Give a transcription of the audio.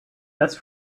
best